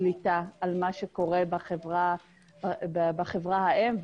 שליטה על מה שקורה בחברה האם,